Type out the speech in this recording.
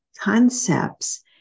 Concepts